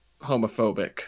homophobic